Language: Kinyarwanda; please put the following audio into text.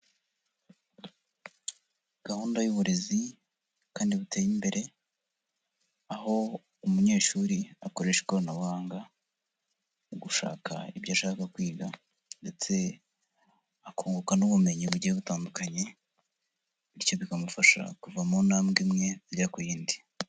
Gahunda y'uburezi kandi buteye imbere, aho umunyeshuri akoresha ikoranabuhanga, mu gushaka ibyo ashaka kwiga, ndetse akunguka n'ubumenyi bugiye butandukanye, bityo bikamufasha kuva mu ntambwe imwe ajya ku yindi.